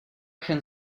can